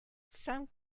some